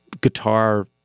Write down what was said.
guitar